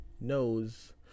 knows